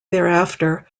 thereafter